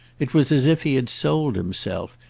it was as if he had sold himself,